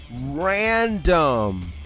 random